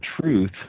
truth